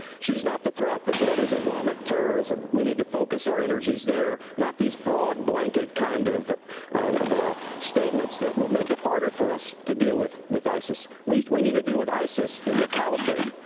she's the threat. the threat is islamic terrorism. we need to focus our energies there, not these broad, blanket, kind of of statements that will make it harder for us to deal with with isis. we we need to deal with isis in the caliphate.